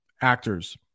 Actors